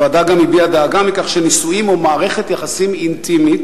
הוועדה גם הביעה דאגה מכך שנישואים או מערכת יחסים אינטימית